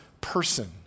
person